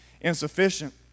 insufficient